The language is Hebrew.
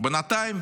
יש יותר טילים.